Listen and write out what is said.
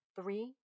three